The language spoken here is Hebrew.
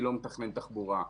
אני לא מתכנן תחבורה.